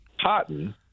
cotton